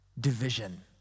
division